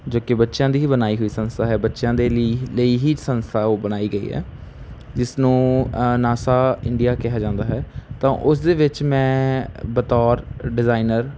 ਜੋ ਕਿ ਬੱਚਿਆਂ ਦੀ ਹੀ ਬਣਾਈ ਹੋਈ ਸੰਸਥਾ ਹੈ ਬੱਚਿਆਂ ਦੇ ਲੀ ਹੀ ਲਈ ਹੀ ਸੰਸਥਾ ਉਹ ਬਣਾਈ ਗਈ ਹੈ ਜਿਸਨੂੰ ਨਾਸਾ ਇੰਡੀਆ ਕਿਹਾ ਜਾਂਦਾ ਹੈ ਤਾਂ ਉਸ ਦੇ ਵਿੱਚ ਮੈਂ ਬਤੋਰ ਡਿਜ਼ਾਈਨਰ